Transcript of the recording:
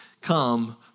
come